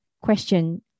question